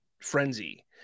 frenzy